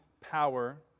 power